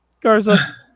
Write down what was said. Garza